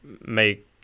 make